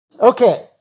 Okay